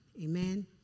Amen